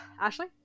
Ashley